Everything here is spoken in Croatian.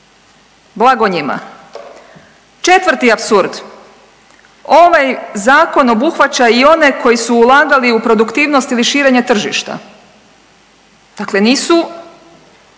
blago njima. Četvrti apsurd, ovaj zakon obuhvaća i one koji su ulagali u produktivnost ili širenje tržišta, dakle nisu